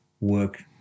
work